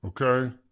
okay